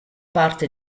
parte